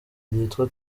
ryitwa